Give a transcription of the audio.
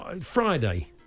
Friday